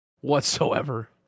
whatsoever